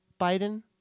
Biden